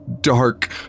dark